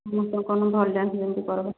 ସମସ୍ତଙ୍କନ ଭଲ୍ ଡ୍ୟାନ୍ସ ଯେମିତି କର୍ବା